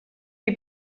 die